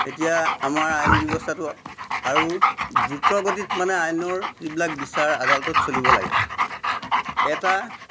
এতিয়া আমাৰ আইনী ব্যৱস্থাটো আৰু দ্ৰুতগতিত মানে আইনৰ যিবিলাক বিচাৰ আদালতত চলিব লাগে এটা